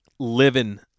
Living